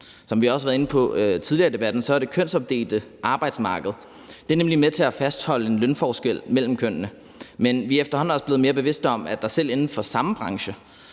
Som vi også har været inde på tidligere i debatten, er det kønsopdelte arbejdsmarked med til at fastholde en lønforskel mellem kønnene, men vi er efterhånden også blevet mere bevidste om, at der selv inden for samme branche